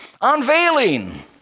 unveiling